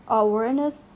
awareness